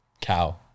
Cow